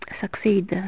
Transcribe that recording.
succeed